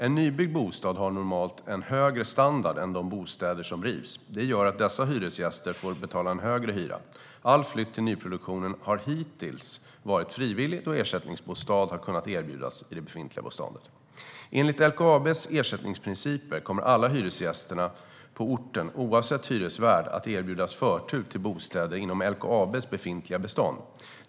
En nybyggd bostad har normalt en högre standard än de bostäder som rivs. Det gör att dessa hyresgäster får betala en högre hyra. All flytt till nyproduktion har hittills varit frivillig då ersättningsbostad har kunnat erbjudas i det befintliga beståndet. Enligt LKAB:s ersättningsprinciper kommer alla hyresgäster på orten, oavsett hyresvärd, att erbjudas förtur till bostäder inom LKAB:s befintliga bestånd.